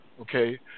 okay